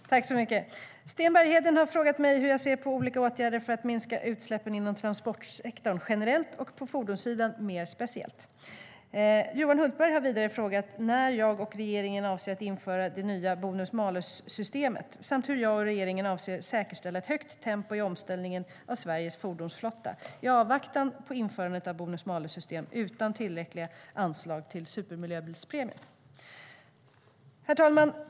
Svar på interpellationerJohan Hultberg har vidare frågat mig när jag och regeringen avser att införa det nya bonus-malus-systemet samt hur jag och regeringen avser att säkerställa ett högt tempo i omställningen av Sveriges fordonsflotta, i avvaktan på införandet av ett bonus-malus-system, utan tillräckliga anslag till supermiljöbilspremien. Herr talman!